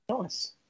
Nice